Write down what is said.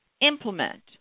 Implement